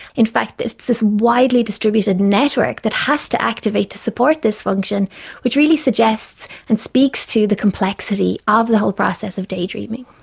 in fact it's this widely distributed network that hast to activate to support this function which really suggests and speaks to the complexity of the whole process of daydreaming.